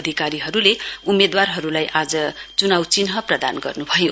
अधिकारीले उम्मेदवारहरूलाई चुनाउ चिन्ह प्रदान गर्नुभयो